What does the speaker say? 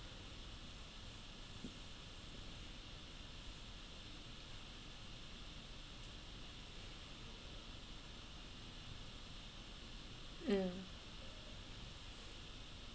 mm